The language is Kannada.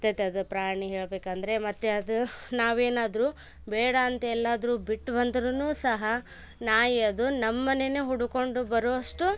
ಇರ್ತೈತೆ ಅದು ಪ್ರಾಣಿ ಹೇಳಬೇಕಂದ್ರೆ ಮತ್ತೆ ಅದು ನಾವೇನಾದರೂ ಬೇಡ ಅಂತೆಲ್ಲಾದರೂ ಬಿಟ್ಬಂದ್ರೂ ಸಹ ನಾಯಿ ಅದು ನಮ್ಮ ಮನೇನೇ ಹುಡುಕ್ಕೊಂಡು ಬರುವಷ್ಟು